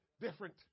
Different